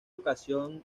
ocasión